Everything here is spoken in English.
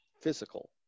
physical